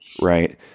Right